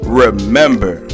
remember